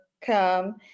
come